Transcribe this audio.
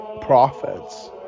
prophets